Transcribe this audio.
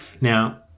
now